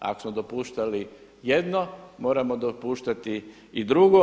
Ako smo dopuštali jedno, moramo dopuštati i drugo.